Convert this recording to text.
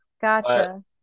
Gotcha